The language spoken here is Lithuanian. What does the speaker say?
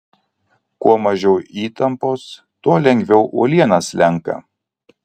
kuo mažiau įtampos tuo lengviau uoliena slenka